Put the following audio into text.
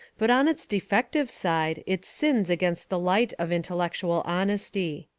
but on its defective side it sins against the light of intellectual honesty.